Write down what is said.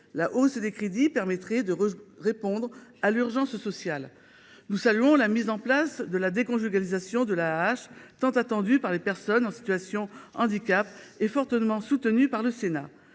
la hausse des crédits permettrait de répondre à l’urgence sociale. Nous saluons l’entrée en vigueur de la déconjugalisation de l’AAH, tant attendue par les personnes en situation de handicap et fortement soutenue par le Sénat.